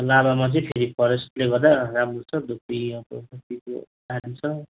लाभामा चाहिँ फेरि फरेस्टले गर्दा राम्रो छ धुपी अब धुपीको प्लान्ट छ